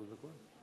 שלוש דקות?